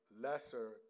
lesser